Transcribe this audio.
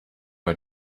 bei